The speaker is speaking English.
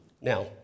Now